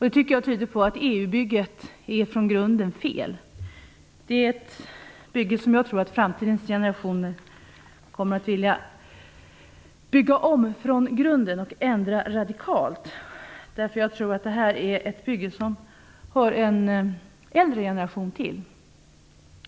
Det tycker jag tyder på att EU-bygget från grunden är fel. Det är ett bygge som jag tror att framtidens generationer kommer att vilja bygga om från grunden och ändra radikalt. Jag tror att det är ett bygge som hör en äldre generation till.